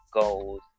goals